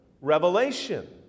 revelation